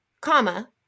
comma